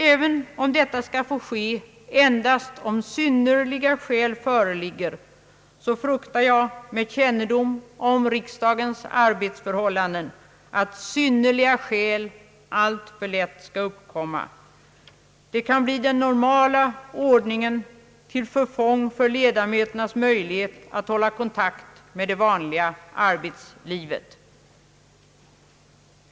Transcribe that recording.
även om detta skall få ske endast om synnerliga skäl föreligger, så fruktar jag med kännedom om riksdagens arbetsförhållanden att synnerliga skäl alltför lätt kan uppkomma. Detta kan bli den normala ordningen till förfång för ledamöternas möjlighet att hålla kontakt med det vanliga arbetslivet.